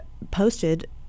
posted